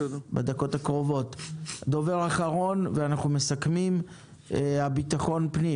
דובר אחרון, ביטחון פנים.